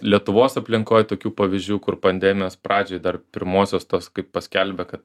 lietuvos aplinkoj tokių pavyzdžių kur pandemijos pradžioj dar pirmosios tos kai paskelbė kad